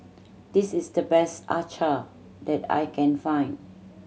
this is the best acar that I can find